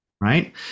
Right